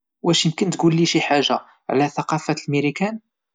واش ممكن تقول شي حاجة على ثقافة ميريكان؟